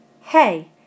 Hey